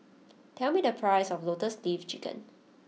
tell me the price of Lotus Leaf Chicken